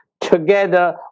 Together